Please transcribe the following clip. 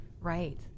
right